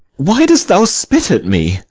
why dost thou spit at me?